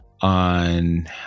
on